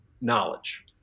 knowledge